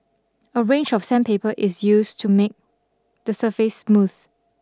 a range of sandpaper is used to make the surface smooth